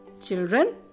Children